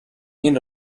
این